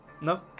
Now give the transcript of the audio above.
No